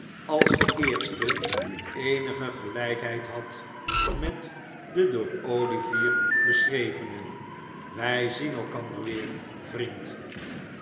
als de eerste eenige gelijkheid had met de door olivier beschrevene wij zien elkander weer vriend